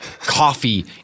coffee